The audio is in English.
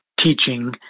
teaching